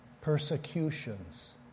persecutions